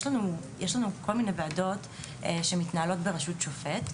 יש לנו כל מיני ועדות שמתנהלות בראשות שופט,